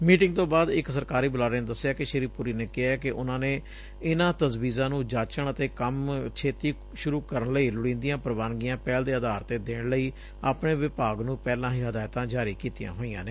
meeting ਤੋਂ ਬਾਅਦ ਇਕ ਸਰਕਾਰੀ ਬੁਲਾਰੇ ਨੇ ਦੱਸਿਐ ਕਿ ਸ੍ਰੀ ਪੁਰੀ ਨੇ ਕਿਹਾ ਕਿ ਉਨ੍ਹਾਂ ਨੇ ਇਨ੍ਹਾਂ ਤਜਵੀਜ਼ਾਂ ਨੂੰ ਜਾਚਣ ਅਤੇ ਕੰਮ ਛੇਤੀ ਸ਼ੁਰੁ ਕਰਨ ਲਈ ਲੋੜੀਦੀਆਂ ਪੁਵਾਨਗੀਆਂ ਪਹਿਲ ਦੇ ਆਧਾਰ ਤੇ ਦੇਣ ਲਈ ਆਪਣੇ ਵਿਭਾਗ ਨੂੰ ਪਹਿਲਾਂ ਹੀ ਹਦਾਇਤਾਂ ਜਾਰੀ ਕੀਡੀਆਂ ਹੋਈਆਂ ਨੇ